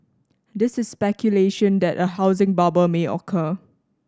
this is speculation that a housing bubble may occur